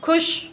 खुश